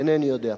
אינני יודע.